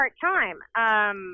part-time